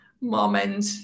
moment